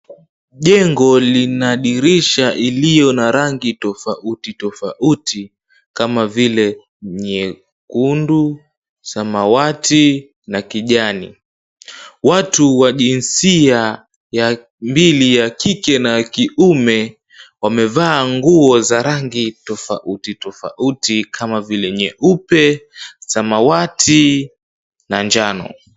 Jengo lina dirisha iliyo na rangi tofauti tofauti kama vile nyekundu, samawati na kijani. Watu wa jinsia mbili ya kike na kiume wamevaa nguo za rangi tofauti tofauti kama vile, nyeupe, samawati na njano.